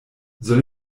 soll